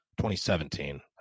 2017